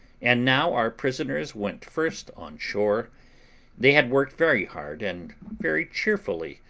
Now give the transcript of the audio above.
and now our prisoners went first on shore they had worked very hard and very cheerfully,